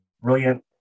Brilliant